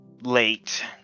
late